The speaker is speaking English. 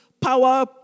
power